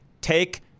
take